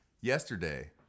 yesterday